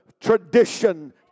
tradition